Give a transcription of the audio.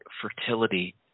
fertility